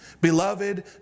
Beloved